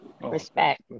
Respect